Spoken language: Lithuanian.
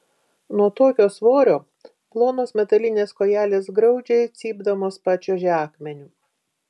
nuo tokio svorio plonos metalinės kojelės graudžiai cypdamos pačiuožė akmeniu